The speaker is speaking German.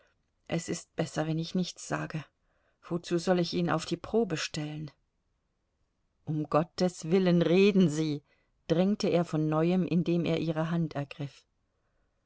es ist besser wenn ich nichts sage wozu soll ich ihn auf die probe stellen um gottes willen reden sie drängte er von neuem indem er ihre hand ergriff